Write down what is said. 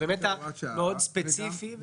זה באמת היה ספציפי מאוד.